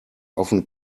often